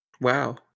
Wow